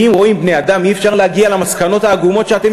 כי אם רואים בני-אדם אי-אפשר להגיע למסקנות העגומות שאתם